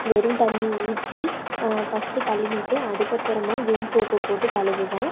வெறும் தண்ணி ஊற்றி ஃபஸ்ட்டு கழுவிட்டு அதுக்கப்புறமா விம் சோப்பை போட்டு கழுவுவேன்